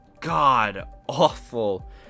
god-awful